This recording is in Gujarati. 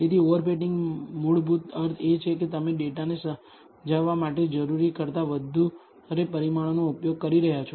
તેથી ઓવર ફિટિંગ મૂળભૂત અર્થ એ છે કે તમે ડેટાને સમજાવવા માટે જરૂરી કરતાં વધારે પરિમાણોનો ઉપયોગ કરી રહ્યાં છો